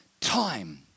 time